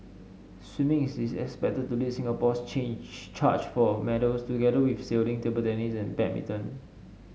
swimming is expected to lead Singapore's change charge for medals together with sailing table tennis and badminton